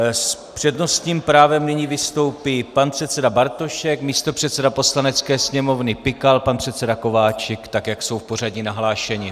S přednostním právem nyní vystoupí pan předseda Bartošek, místopředseda Poslanecké sněmovny Pikal, pan předseda Kováčik, tak jak jsou v pořadí nahlášeni.